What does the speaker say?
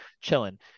chilling